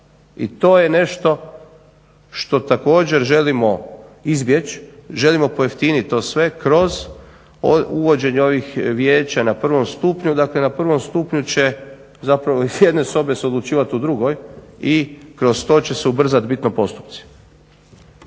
I to je nešto što također želimo izbjeći, želimo pojeftiniti to sve kroz uvođenje ovih vijeća na prvom stupnju. Dakle, na prvom stupnju će iz jedne sobe se odlučivati u drugoj i kroz to će se ubrzati bitno postupci.